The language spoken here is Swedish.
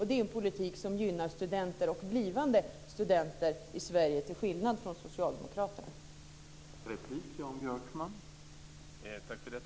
Det är en politik som gynnar studenter och blivande studenter i Sverige, till skillnad från socialdemokraternas förslag.